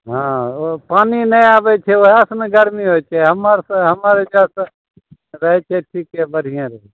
हँ ओ पानि नहि आबै छै ऊहै से ने गरमी होइ छै हमर तऽ हमर एहिजा सऽ रहै छै ठीके बढ़िऑं रहै छै